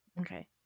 okay